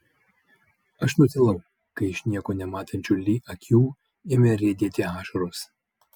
aš nutilau kai iš nieko nematančių li akių ėmė riedėti ašaros